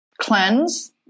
cleanse